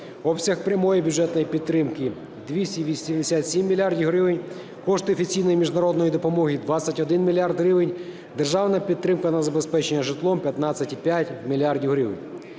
обсяг прямої бюджетної підтримки – 287 мільярдів гривень, кошти офіційної міжнародної допомоги – 21 мільярд гривень, державна підтримка на забезпечення житлом – 15,5 мільярда